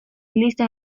listan